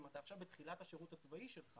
אם אתה עכשיו בתקופת השירות הצבאי שלך